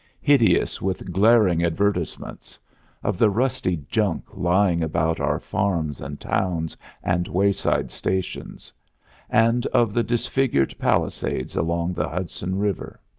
hideous with glaring advertisements of the rusty junk lying about our farms and towns and wayside stations and of the disfigured palisades along the hudson river.